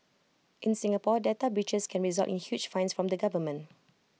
in Singapore data breaches can result in huge fines from the government